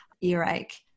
earache